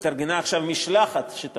התארגנה עכשיו משלחת של אנשים מתחום